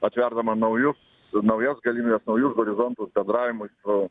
atverdama naujus naujas galimybes naujus horizontus bendravimui su